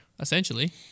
essentially